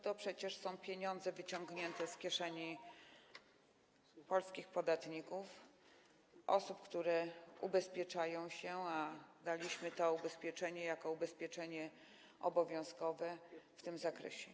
To przecież są pieniądze wyciągnięte z kieszeni polskich podatników, osób, które ubezpieczają się, a określiliśmy to ubezpieczenie jako ubezpieczenie obowiązkowe w tym zakresie.